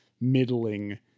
middling